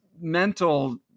mental